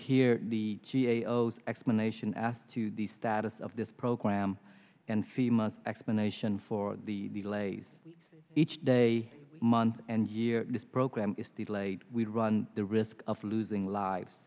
hear the g a o explanation as to the status of this program and fema explanation for the delays each day month and year this program is delayed we run the risk of losing lives